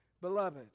Beloved